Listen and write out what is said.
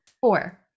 four